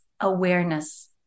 awareness